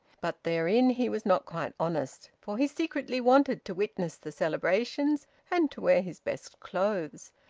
but therein he was not quite honest. for he secretly wanted to witness the celebrations and to wear his best clothes.